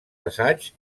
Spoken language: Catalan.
assaigs